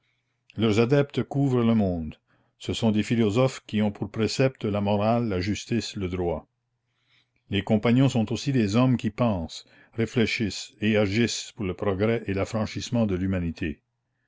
leurs adeptes couvrent le monde ce sont des philosophes qui ont pour précepte la morale la justice le droit les compagnons sont aussi des hommes qui pensent réfléchissent et agissent pour le progrès et l'affranchissement de l'humanité